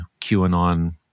QAnon